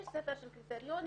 ספר של קריטריונים,